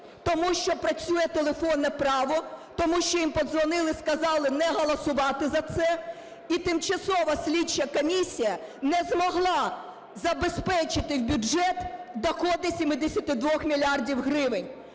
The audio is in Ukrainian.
Тому що працює телефонне право. Тому що їм подзвонили і сказали, не голосувати за це. І тимчасова слідча комісія не змогла забезпечити в бюджет доходи 72 мільярдів